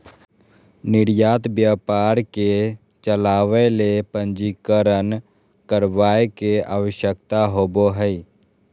निर्यात व्यापार के चलावय ले पंजीकरण करावय के आवश्यकता होबो हइ